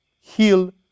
heal